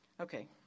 okay